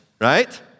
right